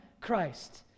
Christ